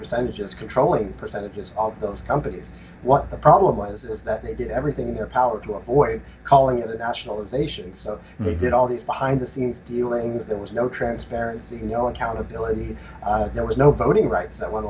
percentage as controlling percentages of those companies what the problem was is that they did everything in their power to avoid calling it the nationalization so they did all these behind the scenes dealings there was no transparency no accountability there was no voting rights that went